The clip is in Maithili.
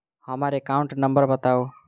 हम्मर एकाउंट नंबर बताऊ?